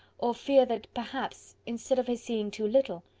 or fear that perhaps, instead of his seeing too little,